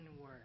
word